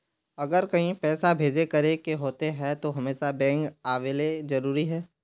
अगर कहीं पैसा भेजे करे के होते है तो हमेशा बैंक आबेले जरूरी है?